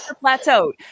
plateau